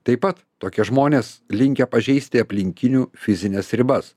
taip pat tokie žmonės linkę pažeisti aplinkinių fizines ribas